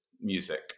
music